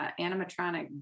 animatronic